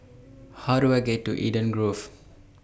How Do I get to Eden Grove